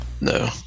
No